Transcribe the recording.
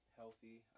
healthy